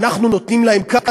אנחנו נותנים להם כאן,